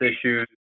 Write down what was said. issues